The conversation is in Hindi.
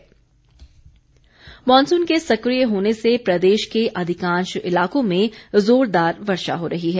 मौसम मॉनसून के सक्रिय होने से प्रदेश के अधिकांश इलाकों में जोरदार वर्षा हो रही है